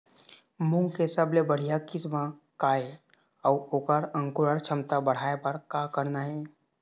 मूंग के सबले बढ़िया किस्म का ये अऊ ओकर अंकुरण क्षमता बढ़ाये बर का करना ये?